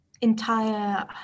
entire